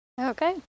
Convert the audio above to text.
Okay